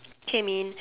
hey man